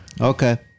Okay